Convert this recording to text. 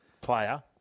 Player